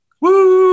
Woo